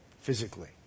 physically